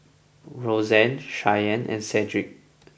Rozanne Cheyenne and Cedrick